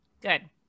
Good